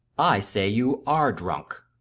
i say you are drunk.